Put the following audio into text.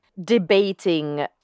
debating